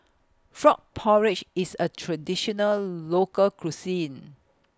Frog Porridge IS A Traditional Local Cuisine